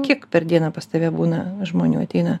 kiek per dieną pas tave būna žmonių ateina